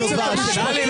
--- טלי,